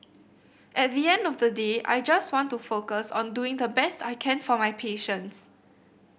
at the end of the day I just want to focus on doing the best I can for my patients